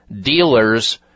dealers